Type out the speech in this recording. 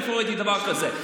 איפה ראיתי דבר כזה.